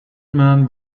man